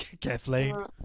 Kathleen